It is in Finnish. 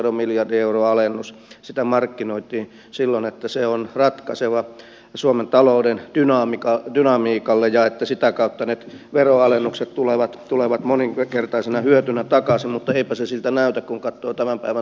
kyllä esimerkiksi yhteisöveron miljardin euron alennusta markkinoitiin niin että se on ratkaiseva suomen talouden dynamiikalle ja että sitä kautta ne veronalennukset tulevat moninkertaisena hyötynä takaisin mutta eipä se siltä näytä kun katsoo tämän päivän taloustilannetta